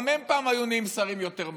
גם הם פעם היו נהיים שרים יותר מהר,